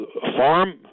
farm